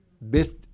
best